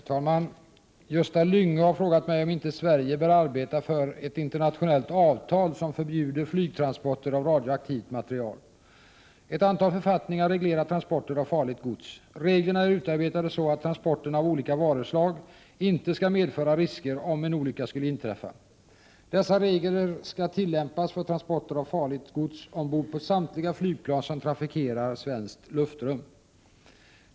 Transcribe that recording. Fru talman! Gösta Lyngå har frågat mig om inte Sverige bör arbeta för ett internationellt avtal som förbjuder flygtransporter av radioaktivt material. Ett antal författningar reglerar transporter av farligt gods. Reglerna är utarbetade så, att transporter av olika varuslag inte skall medföra risker, om en olycka skulle inträffa. Dessa regler skall tillämpas för transporter av farligt gods ombord på samtliga flygplan som trafikerar svenskt luftrum.